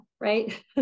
right